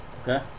Okay